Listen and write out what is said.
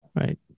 Right